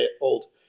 old